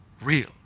real